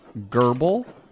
gerbil